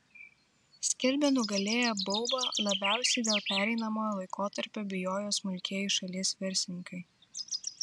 skelbia nugalėję baubą labiausiai dėl pereinamojo laikotarpio bijoję smulkieji šalies verslininkai